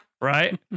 right